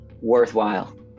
worthwhile